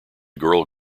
girl